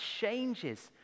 changes